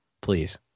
Please